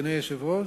אדוני היושב-ראש,